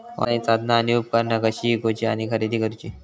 Online साधना आणि उपकरणा कशी ईकूची आणि खरेदी करुची?